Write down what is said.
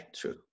true